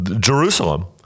Jerusalem